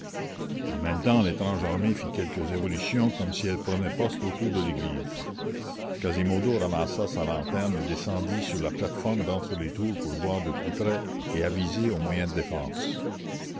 en même temps l'étrange armée fit quelques évolutions comme si elle prenait poste autour de l'église quasimodo ramassa sa lanterne et descendit sur la plate-forme d'entre les tours pour voir de plus près et aviser aux moyens de défense